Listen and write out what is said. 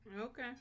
Okay